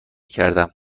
کردم